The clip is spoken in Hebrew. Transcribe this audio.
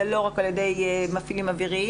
זה לא רק על ידי מפעילים אוויריים.